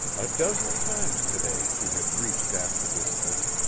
a dozen times to-day she had reached after this thing,